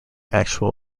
actual